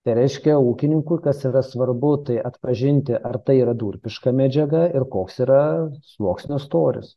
tai reiškia ūkininkui kas yra svarbu tai atpažinti ar tai yra durpiška medžiaga ir koks yra sluoksnio storis